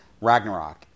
Ragnarok